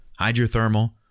hydrothermal